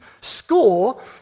score